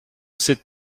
sit